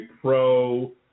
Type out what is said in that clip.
pro